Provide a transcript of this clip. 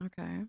Okay